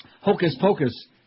Hocus-pocus